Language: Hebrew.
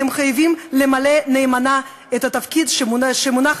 אתם חייבים למלא נאמנה את התפקיד שמונח